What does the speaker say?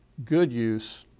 good use,